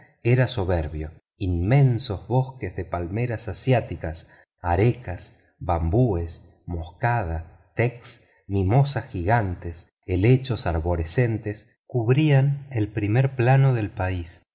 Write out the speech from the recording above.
era soberbio inmensos bosques de palmeras asiáticas arecas bambúes moscadas tecks mimosas gigantescas helechos arborescentes cubrían el primer plano del país